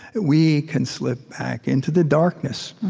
we can slip back into the darkness,